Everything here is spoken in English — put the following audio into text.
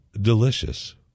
delicious